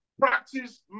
Practice